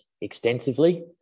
extensively